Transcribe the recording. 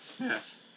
Yes